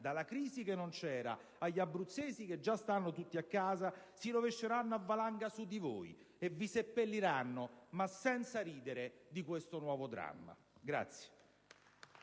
dalla crisi che non c'era, agli abruzzesi che già stanno tutti a casa - si rovesceranno a valanga su di voi e vi seppelliranno, ma senza ridere di questo nuovo dramma!